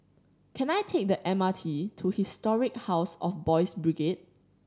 can I take the M R T to Historic House of Boys' Brigade